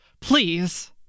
please